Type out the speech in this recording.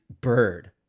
bird